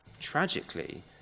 Tragically